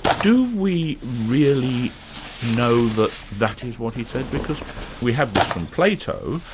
do we really know that that is what he said, because we have this from plato,